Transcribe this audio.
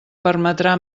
permetrà